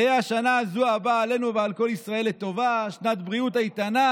תהא השנה הזאת הבאה עלינו ועל ישראל לטובה שנת בריאות איתנה,